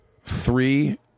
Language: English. three